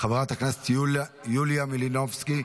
חברת הכנסת יוליה מלינובסקי,